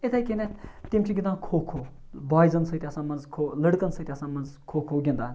اِتھَے کٔنٮ۪تھ تِم چھِ گِںٛدان کھو کھو بایزَن سۭتۍ آسان منٛزٕ کھو لٔڑکَن سۭتۍ آسان مںٛزٕ کھو کھو گِنٛدان